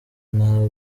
nta